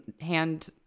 hand